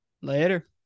Later